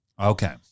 Okay